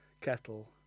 Kettle